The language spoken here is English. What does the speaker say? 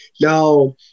Now